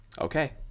Okay